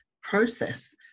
process